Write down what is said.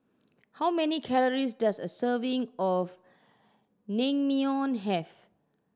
how many calories does a serving of Naengmyeon have